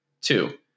Two